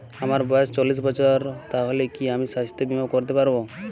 আমার বয়স চল্লিশ বছর তাহলে কি আমি সাস্থ্য বীমা করতে পারবো?